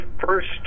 first